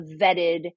vetted